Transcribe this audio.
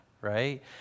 Right